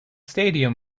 stadium